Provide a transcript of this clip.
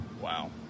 Wow